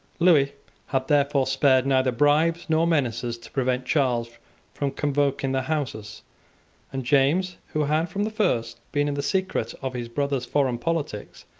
lewis had therefore spared neither bribes nor menaces to prevent charles from convoking the houses and james, who had from the first been in the secret of his brother's foreign politics,